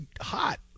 hot